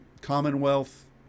Commonwealth